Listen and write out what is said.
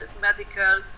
medical